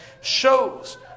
shows